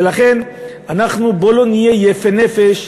ולכן, בואו לא נהיה יפי נפש,